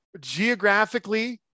geographically